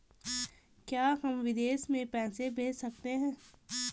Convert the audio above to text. क्या हम विदेश में पैसे भेज सकते हैं?